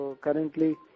currently